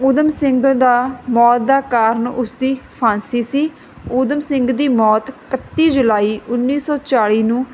ਊਧਮ ਸਿੰਘ ਦਾ ਮੌਤ ਦਾ ਕਾਰਨ ਉਸਦੀ ਫਾਂਸੀ ਸੀ ਊਧਮ ਸਿੰਘ ਦੀ ਮੌਤ ਕੱਤੀ ਜੁਲਾਈ ਉੱਨੀ ਸੌ ਚਾਲੀ ਨੂੰ